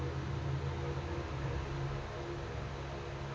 ಬ್ಯಾಂಕ್ನೊಳಗ ಬೇರೆಯವರಿಗೆ ರೊಕ್ಕ ಕಳಿಸಬೇಕಾದರೆ ಏನೇನ್ ಡಾಕುಮೆಂಟ್ಸ್ ಬೇಕು?